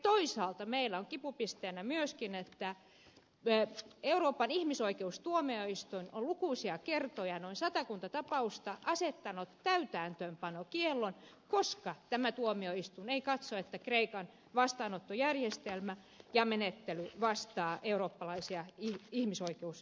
toisaalta meillä on kipupisteenä myöskin että euroopan ihmisoikeustuomioistuin on lukuisia kertoja noin satakunta tapausta asettanut täytäntöönpanokiellon koska tämä tuomioistuin ei katso että kreikan vastaanottojärjestelmä ja menettely vastaavat eurooppalaisia ihmisoikeussopimuksia